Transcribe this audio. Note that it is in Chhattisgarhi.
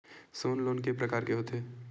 सोना लोन के प्रकार के होथे?